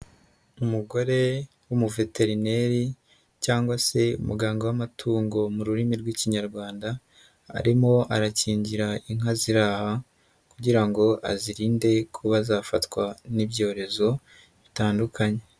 Umugore w'umuveterineri cyangwa se umuganga w'amatungo mu rurimi rw'ikinyarwanda arimo arakingira inka ziri aha kugira ngo azirinde kuba zafatwa n'ibyorezo bitandukanye.